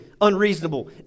unreasonable